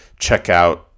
checkout